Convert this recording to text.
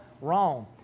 Wrong